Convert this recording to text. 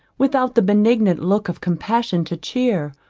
without the benignant look of compassion to cheer,